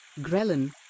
ghrelin